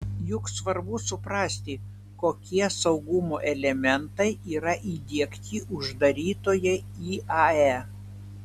juk svarbu suprasti kokie saugumo elementai yra įdiegti uždarytoje iae